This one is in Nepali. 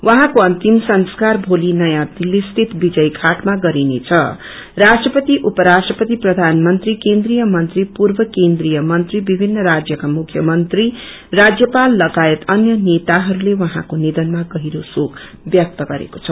उहाँको अन्तिम संस्कार भोली नयाँ दिली स्थित विजय घाटमा गरिनेछं राष्ट्रपति उपराष्ट्रपति प्रधानमंत्री केन्द्रि मंत्री पूर्व केन्द्रिय मंत्री विभिन्न राज्यका मुख्यमंत्री राज्यपाल लगायत अन्य नेताहरूले उहाँको निधनामा गहिरो शोक व्यक्त गरेका छन्